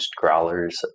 growlers